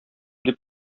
дип